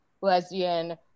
lesbian